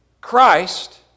Christ